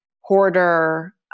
hoarder